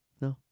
No